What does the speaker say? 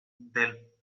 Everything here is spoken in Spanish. del